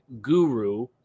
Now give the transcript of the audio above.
guru